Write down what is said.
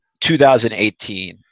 2018